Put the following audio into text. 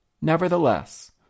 Nevertheless